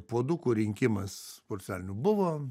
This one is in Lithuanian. puodukų rinkimas porcelianinių buvo